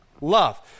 love